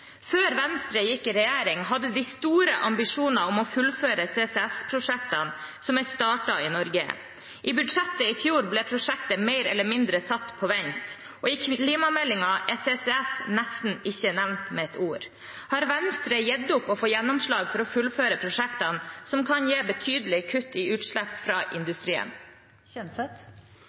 Før Venstre gikk i regjering, hadde de store ambisjoner om å fullføre CCS-prosjektene som er startet i Norge. I budsjettet for i fjor ble prosjekter mer eller mindre satt på vent, og i klimameldingen er CCS nesten ikke nevnt med et ord. Har Venstre gitt opp å få gjennomslag for å fullføre prosjektene som kan gi betydelige kutt i utslipp fra industrien?